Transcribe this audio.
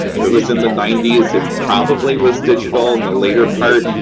if it was in the ninety s, it probably was digital in the later part.